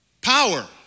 power